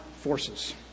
forces